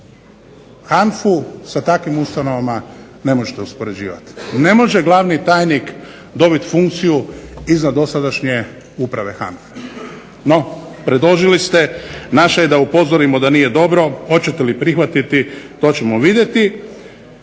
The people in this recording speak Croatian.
HANFA-u sa takvim ustanovama ne možete uspoređivati. Ne može glavni tajnik dobiti funkciju iznad dosadašnje uprave HANFA-e. No predložili ste, naše je da upozorimo da nije dobro, hoćete li prihvatiti to ćemo vidjeti.